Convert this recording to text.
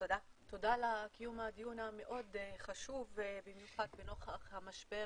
תודה לך על קיום הדיון המאוד חשוב במיוחד נוכח המשבר